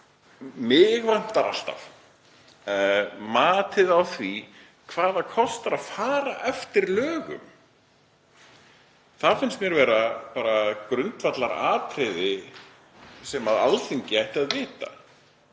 mig vantar alltaf matið á því hvað kostar að fara eftir lögum. Það finnst mér vera grundvallaratriði sem Alþingi ætti að vita.